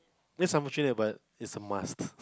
that's unfortunate but it's a must